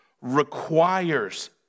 requires